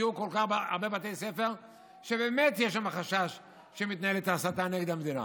שיהיו כל כך הרבה בתי ספר שבאמת יש שם חשש שמתנהלת הסתה נגד המדינה